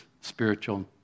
spiritual